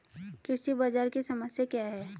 कृषि बाजार की समस्या क्या है?